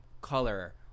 color